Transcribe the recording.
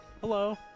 hello